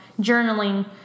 journaling